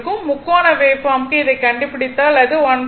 முக்கோண வேவ்பார்ம்க்கு இதை கண்டுபிடித்தால் அது 1